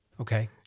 Okay